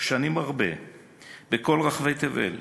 שנים הרבה בכל רחבי תבל,